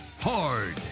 hard